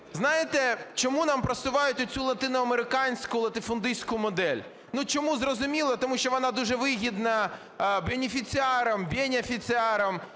знаєте, чому нам просувають оцю латиноамериканську латифундистську модель? Чому - зрозуміло, тому що вона дуже вигідна бенефіціарам, "бєняфіціарам"